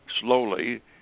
slowly